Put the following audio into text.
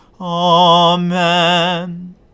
Amen